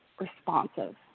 responsive